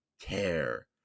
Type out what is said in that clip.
care